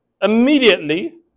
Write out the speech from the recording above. immediately